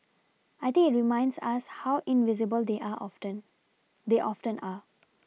I think it reminds us how invisible they are often they often are